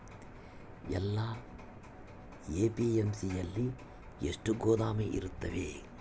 ಎಲ್ಲಾ ಎ.ಪಿ.ಎಮ್.ಸಿ ಗಳಲ್ಲಿ ಎಷ್ಟು ಗೋದಾಮು ಇರುತ್ತವೆ?